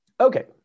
Okay